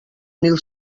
mil